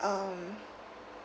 um